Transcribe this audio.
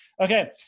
Okay